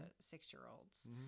six-year-olds